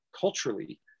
culturally